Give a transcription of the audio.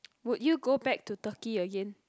would you go back to Turkey again